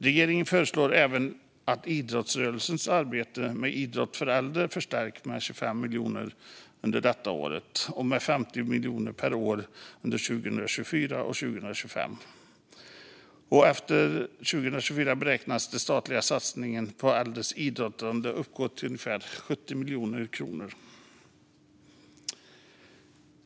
Regeringen föreslår även att idrottsrörelsens arbete med idrott för äldre förstärks med 25 miljoner under detta år och med 50 miljoner per år under 2024 och 2025. Efter 2024 beräknas den statliga satsningen på äldres idrottande uppgå till ungefär 70 miljoner kronor.